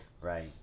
Right